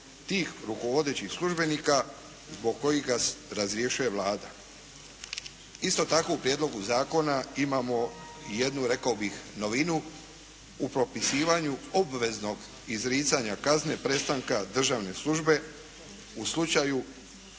rukovodećih službenika zbog kojih ga razrješuje Vlada. Isto tako, u prijedlogu zakona imamo i jednu rekao bih novinu u propisivanju obveznog izricanja kazne prestanka državne službe u slučaju